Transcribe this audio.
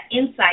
insight